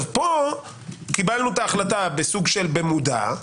פה קיבלנו את ההחלטה בסוג של מודע.